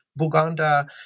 Buganda